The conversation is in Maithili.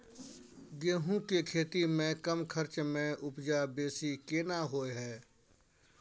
गेहूं के खेती में कम खर्च में उपजा बेसी केना होय है?